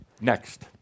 Next